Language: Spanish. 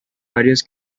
varios